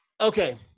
Okay